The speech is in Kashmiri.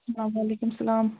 وَعلیکُم سَلام